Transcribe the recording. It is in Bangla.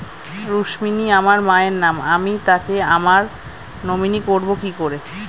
রুক্মিনী আমার মায়ের নাম আমি তাকে আমার নমিনি করবো কি করে?